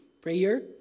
Prayer